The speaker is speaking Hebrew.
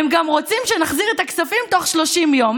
הם גם רוצים שנחזיר את הכספים בתוך 30 יום,